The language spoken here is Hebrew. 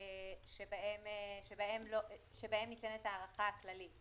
שבהם ניתנת ההארכה הכללית,